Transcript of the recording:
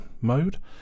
mode